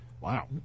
Wow